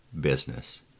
business